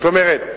זאת אומרת,